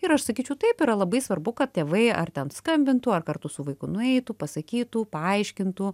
ir aš sakyčiau taip yra labai svarbu kad tėvai ar ten skambintų ar kartu su vaiku nueitų pasakytų paaiškintų